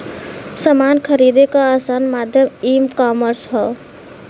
समान खरीदे क आसान माध्यम ईकामर्स हौ